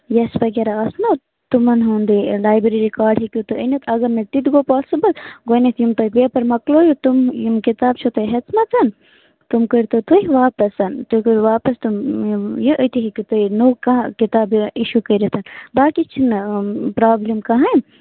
ویٚس وغیرہ آسہِ نا تِمَن ہُنٛدُے لَیِبرٔری کارڈ ہیٚکِو تُہی أنِتھ اگر نہٕ تِتہِ گوٚو پاسِبُل گۄڈنیٚتھٕ یِم تُہی پیپَر مۄکلٲوِو تِم یِم کِتاب چھُو تۄہہِ ہیٚژھمَٕژ تِم کٔرۍتَو تُہی واپَس تُہی کٔرِو واپَس تِم یِم یہِ أتی ہیٚکو تُہی نٔو کانٛہہ کِتاب بیٚیہِ اِشوٗ کٔرِتھ باقٕےچھِنہٕ آ پرابلِم کِہیٖنٛۍ